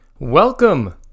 Welcome